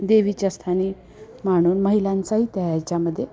देवीच्या स्थानी मानून महिलांचाही त्या याच्यामध्ये